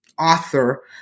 author